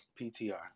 PTR